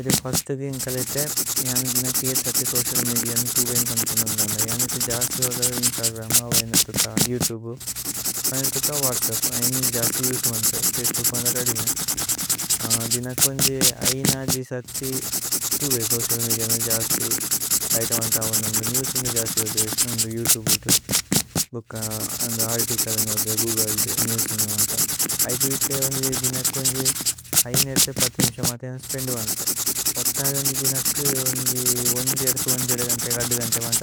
ഏത ഫസ്തു ഗേന്ഗ് കലേതേ ജനി ദിനക് ഏഗി സതി। സോചിഅല് മേദിഅന് തുബേഅന് പന്പുനന്ദന്ദ ജനി। ഏത ജസി ഓധ ഇന്സ്തഗ്രമ് അവൈന് ഏതുക യോഉതുബേ। അവൈന് ഏതുക വ്ഹത്സപ്പ് ജനി ജസി ഉസ്മന്പേ। ഫചേബൂക് മന്ദ കദിമേ ദിനക് കോന്ജേ ഐന ജി। സതി തുബേ സോചിഅല് മേദിഅന ജസി ദൈഥമന്ദ। ഓന്ദ നേവ്സുന്ദ ജസി ഓധ്വേ യോഉതുബേ ഉതു ബൂക। ര്ത് കദന് ഓധ്വേ ഗൂഗ്ലേ നേവ്സുന്ദ മന്ദ ഐഗ। വിഥേ ഉന്ജി ദിനക് കോന്ജേ ഐന ഏരതേ പതി ഇന്സ। മന്ദ ജനി സ്പേന്ദ് മല്പേ ഓത്ത ജനി ദിനക് ഉന്ജി। ഏരതേ ഉന്ജി ഏരതേ ഗന്തേ മന്ദ